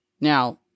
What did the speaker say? Now